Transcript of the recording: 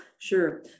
Sure